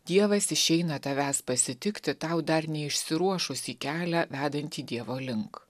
dievas išeina tavęs pasitikti tau dar neišsiruošus į kelią vedantį dievo link